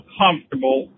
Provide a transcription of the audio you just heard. comfortable